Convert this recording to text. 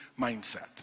mindset